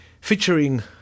featuring